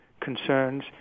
concerns